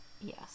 Yes